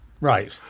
Right